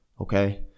okay